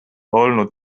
olnud